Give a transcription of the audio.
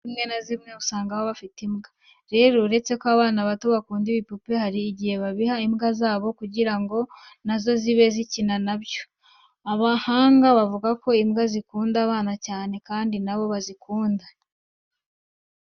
Mu ngo zimwe na zimwe usanga baba bafite imbwa. Rero uretse ko abana bakiri bato bakunda ibipupe, hari igihe babiha imbwa zabo kugira ngo na zo zibe zikina na byo. Abahanga bavuga ko imbwa zikunda abana cyane kandi na bo bakazikunda.